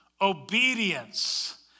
Obedience